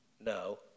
No